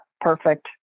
perfect